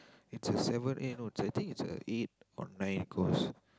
it's a seven eh no I think it's a eight or nine course